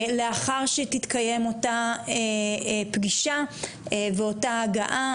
לאחר שתתקיים אותה פגישה ואותה הגעה